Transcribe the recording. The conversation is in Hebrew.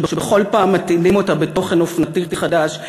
שבכל פעם מטעינים אותה בתוכן אופנתי חדש,